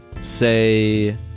say